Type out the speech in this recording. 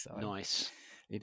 Nice